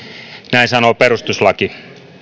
näin sanoo perustuslaki